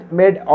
made